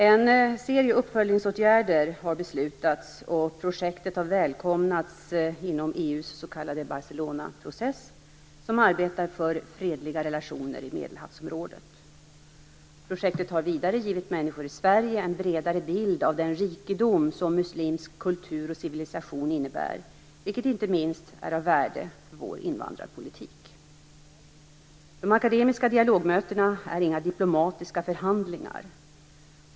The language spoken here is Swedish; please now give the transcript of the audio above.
En serie uppföljningsåtgärder har beslutats, och projektet har välkomnats inom EU:s s.k. Barcelonaprocess som arbetar för fredliga relationer i Medelhavsområdet. Projektet har vidare givit människor i Sverige en bredare bild av den rikedom som muslimsk kultur och civilisation innebär, vilket inte minst är av värde för vår invandrarpolitik. De akademiska dialogmötena är inga diplomatiska förhandlingar.